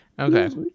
Okay